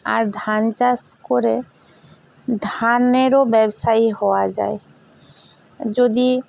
আর ধান চাষ করে ধানেরও ব্যবসায়ী হওয়া যায় যদি